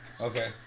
Okay